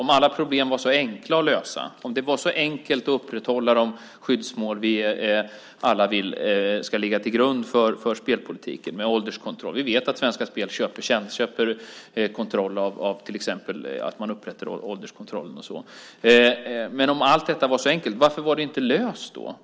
Om alla problem var så enkla att lösa, om det var så enkelt att upprätthålla de skyddsmål som vi alla vill ska ligga till grund för spelpolitiken, till exempel ålderskontrollen - vi vet att Svenska Spel upprätthåller ålderskontroll och liknande - varför är de inte lösta?